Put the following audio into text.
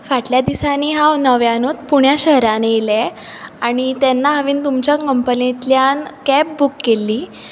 फाटल्या दिसांनी हांव नव्यानूच पुण्या शहरांत येयलें आनी तेन्ना हावें तुमच्या कंपनींतल्यान कॅब बुक केल्ली